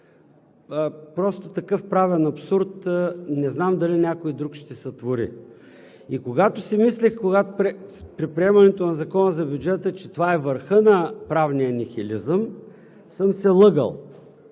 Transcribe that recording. Просто такъв правен абсурд не знам дали някой друг ще сътвори. И когато си мислех при приемането на Закона за бюджета, че това е върхът на правния нихилизъм, съм се лъгал.